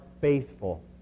faithful